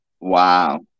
Wow